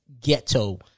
ghetto